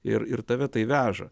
ir ir tave tai veža